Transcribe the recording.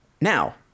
Now